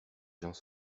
gens